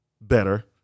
better